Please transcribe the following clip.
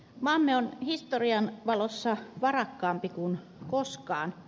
maamme on historian valossa varakkaampi kuin koskaan